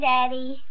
Daddy